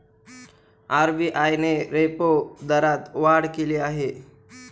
RBI ने repo दरात वाढ केली आहे